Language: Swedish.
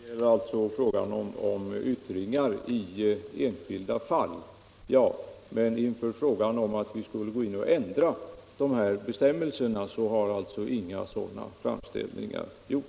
Herr talman! Det är alltså fråga om yttringar i enskilda fall. Men inga framställningar har gjorts om att vi skall ändra dessa bestämmelser.